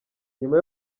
nyuma